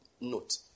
note